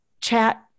chat